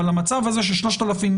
אבל המצב הזה ש-3,000